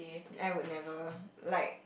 I would never like